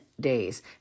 Days